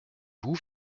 vous